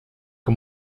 que